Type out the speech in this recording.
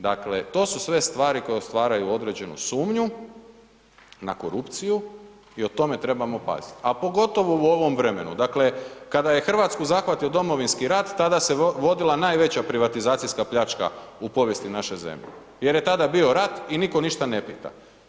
Dakle, to su sve stvari koje stvaraju određenu sumnju na korupciju i o tome trebamo pazit a pogotovo u ovom vremenu, dakle kada je Hrvatsku zahvatio Domovinski rat, tada se vodila najveća privatizacijska pljačka u povijesti naše zemlje jer je tada bio rat i niko ništa ne pita.